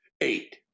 Eight